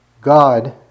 God